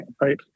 right